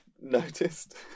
noticed